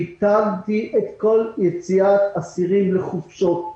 ביטלתי את כל יציאת אסירים לחופשות,